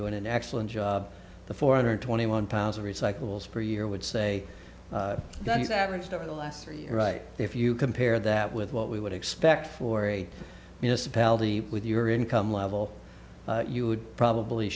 doing an excellent job the four hundred twenty one pounds of recyclables per year would say that is averaged over the last three right if you compare that with what we would expect for a municipality with your income level you would probably